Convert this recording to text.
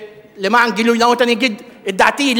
למען גילוי נאות אני אגיד את דעתי,